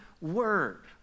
word